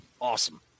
awesome